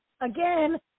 Again